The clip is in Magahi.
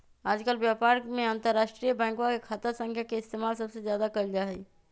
आजकल व्यापार में अंतर्राष्ट्रीय बैंकवा के खाता संख्या के इस्तेमाल सबसे ज्यादा कइल जाहई